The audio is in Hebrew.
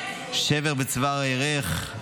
שבר בצוואר הירך,